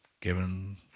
given